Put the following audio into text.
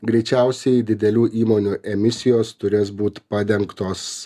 greičiausiai didelių įmonių emisijos turės būti padengtos